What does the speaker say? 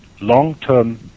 long-term